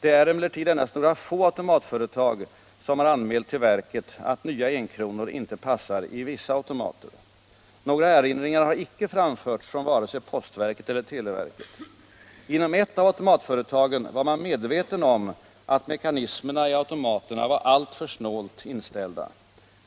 Det är emellertid endast några få automatföretag som har anmält till verket att nya enkronor inte passar i vissa automater. Några erinringar har icke framförts från vare sig postverket eller televerket. Inom ett av automatföretagen var man medveten om att mekanismerna i automaterna var alltför snålt inställda.